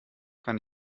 kann